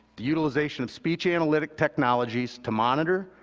the utilization of speech analytic technologies to monitor,